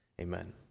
amen